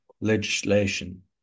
legislation